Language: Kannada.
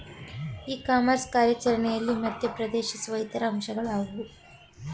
ಇ ಕಾಮರ್ಸ್ ಕಾರ್ಯಾಚರಣೆಯಲ್ಲಿ ಮಧ್ಯ ಪ್ರವೇಶಿಸುವ ಇತರ ಅಂಶಗಳು ಯಾವುವು?